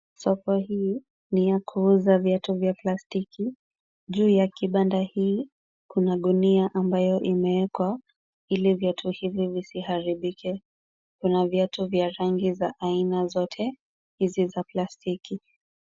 Soko hii ni ya kuuza viatu vya plastiki. Juu ya kibanda hii kuna gunia ambayo imewekwa, ili viatu hivi visiharibike. Kuna viatu vya rangi za aina zote, hizi za plastiki.